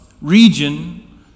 region